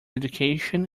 education